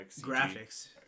graphics